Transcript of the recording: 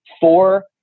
four